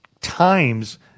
times